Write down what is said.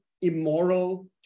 immoral